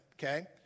Okay